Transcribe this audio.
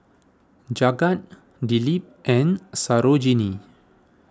Jagat Dilip and Sarojini